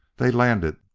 they landed,